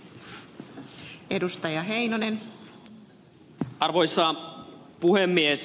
arvoisa puhemies